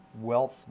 wealth